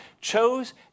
chose